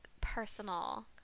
personal